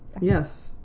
Yes